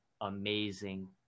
amazing